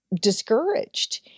discouraged